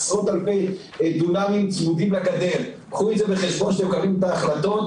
מ-5,200 תושבים ל-9,500 תושבים,